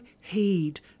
heed